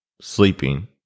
sleeping